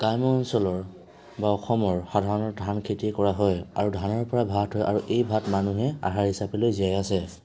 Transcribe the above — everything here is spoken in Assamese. গ্ৰাম্য অঞ্চলৰ বা অসমৰ সাধাৰণতে ধান খেতি কৰা হয় আৰু ধানৰ পৰা ভাত হয় আৰু এই ভাত মানুহে আহাৰ হিচাপে লৈ জীয়াই আছে